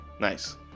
Nice